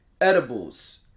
edibles